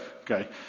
Okay